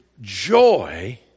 joy